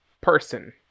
person